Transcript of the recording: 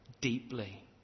deeply